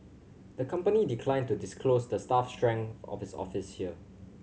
the company declined to disclose the staff strength of its office here